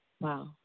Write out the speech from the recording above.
Wow